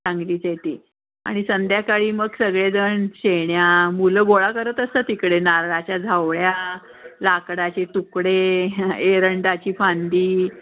सांगलीच्या इथे आणि संध्याकाळी मग सगळेजण शेण्या मुलं गोळा करत असतात इकडे नारळाच्या झावळ्या लाकडाचे तुकडे एरंडाची फांदी